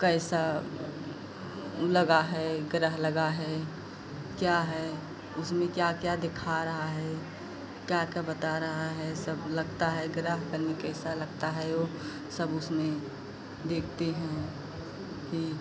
कैसा लगा है ग्रह लगा है क्या है उसमें क्या क्या दिखा रहा है क्या क्या बता रहा है सब लगता है ग्रह कैसा लगता है वह सब उसमें देखते हैं कि